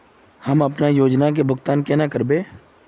हम अपना योजना के भुगतान केना करबे?